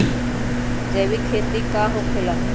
जैविक खेती का होखे ला?